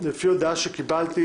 לפי הודעה שקיבלתי,